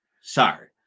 Sorry